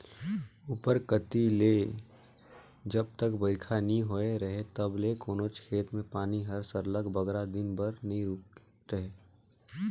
उपर कती ले जब तक बरिखा नी होए रहें तब ले कोनोच खेत में पानी हर सरलग बगरा दिन बर नी रूके रहे